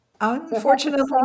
unfortunately